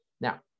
Now